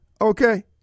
Okay